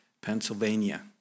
Pennsylvania